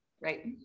right